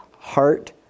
heart